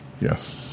Yes